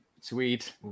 Sweet